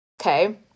Okay